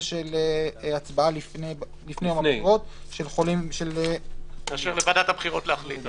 לעניין ההצבעה לפני יום הבחירות --- לאפשר לוועדת הבחירות להחליט.